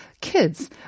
kids